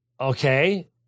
Okay